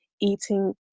eating